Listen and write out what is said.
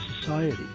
society